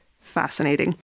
fascinating